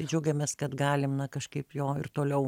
džiaugiamės kad galim na kažkaip jo ir toliau